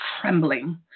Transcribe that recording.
trembling